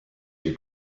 your